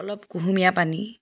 অলপ কুহুমীয়া পানী